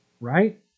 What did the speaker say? right